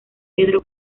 pedro